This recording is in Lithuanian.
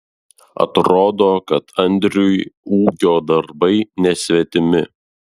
atrodo kad andriui ūkio darbai nesvetimi